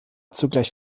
zugleich